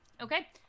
Okay